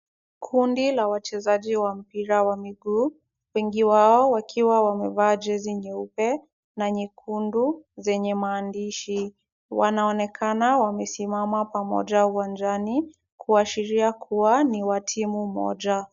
Kundi la wachezaji wa mpira wa miguu, wengi wao wakiwa wamevaa jezi nyeupe na nyekundu zenye maandishi. Wanaonekana wamesimama pamoja uwanjani, kuashiria kuwa ni wa timu moja.